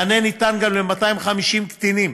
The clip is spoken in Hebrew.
מענה ניתן גם ל-250 קטינים